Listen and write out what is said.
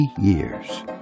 years